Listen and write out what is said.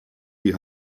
die